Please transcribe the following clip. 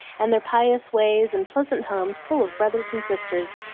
and their pious ways, and pleasant homes full of brothers and sisters,